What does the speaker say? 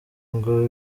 ngo